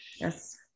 Yes